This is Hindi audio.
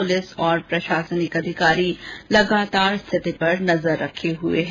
पुलिस और प्रशासनिक अधिकारी लगातार स्थिति पर नजर बनाये हुए है